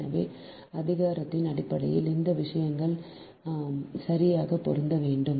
எனவே அதிகாரத்தின் அடிப்படையில் அந்த விஷயங்கள் சரியாக பொருந்த வேண்டும்